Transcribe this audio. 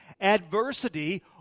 Adversity